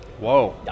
Whoa